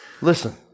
Listen